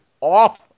off